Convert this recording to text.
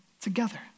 together